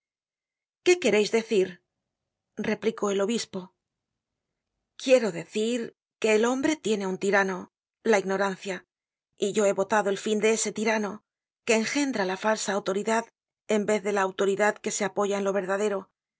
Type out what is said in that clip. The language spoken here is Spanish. qué quereis decir replicó el obispo quiero decir que el hombre tiene un tirano la ignorancia y yo he votado el fin de ese tirano que enjendra la falsa autoridad en vez de la autoridad que se apoya en lo verdadero el